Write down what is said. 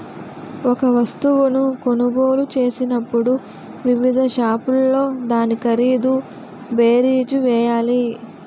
ఒక వస్తువును కొనుగోలు చేసినప్పుడు వివిధ షాపుల్లో దాని ఖరీదు బేరీజు వేయాలి